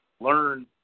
learn